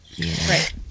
Right